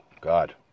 God